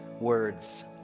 words